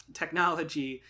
technology